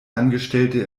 angestellte